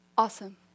Awesome